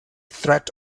threat